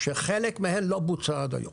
שחלק מהן לא בוצע על היום.